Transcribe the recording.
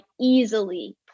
easily